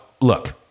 look